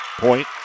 Point